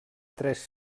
tres